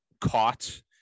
caught